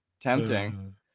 Tempting